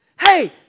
Hey